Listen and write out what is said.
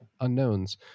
unknowns